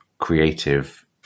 creative